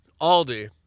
aldi